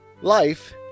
Life